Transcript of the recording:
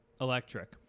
Electric